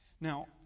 Now